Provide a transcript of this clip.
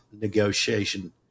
negotiation